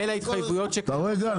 אתה רואה גל?